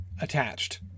attached